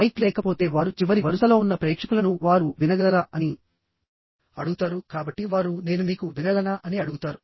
mic లేకపోతే వారు చివరి వరుసలో ఉన్న ప్రేక్షకులను వారు వినగలరా అని అడుగుతారు కాబట్టి వారు నేను మీకు వినగలనా అని అడుగుతారు